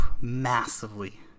massively